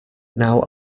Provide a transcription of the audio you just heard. now